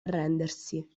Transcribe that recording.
arrendersi